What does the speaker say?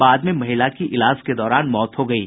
बाद में महिला की इलाज के दौरान मौत हो गयी